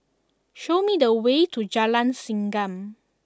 show me the way to Jalan Segam